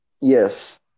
Yes